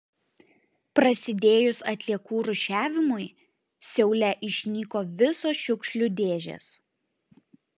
prasidėjus atliekų rūšiavimui seule išnyko visos šiukšlių dėžės